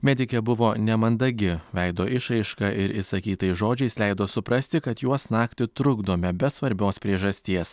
medikė buvo nemandagi veido išraiška ir išsakytais žodžiais leido suprasti kad juos naktį trukdome be svarbios priežasties